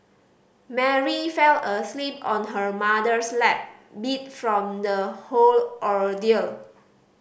Mary fell asleep on her mother's lap beat from the whole ordeal